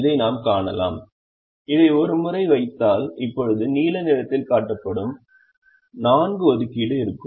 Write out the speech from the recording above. இதை நாம் காணலாம் இதை ஒரு முறை வைத்தால் இப்போது நீல நிறத்தில் காட்டப்படும் 4 ஒதுக்கீடு இருக்கும்